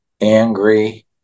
Angry